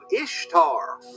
Ishtar